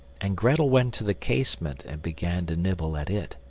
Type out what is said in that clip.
and grettel went to the casement and began to nibble at it.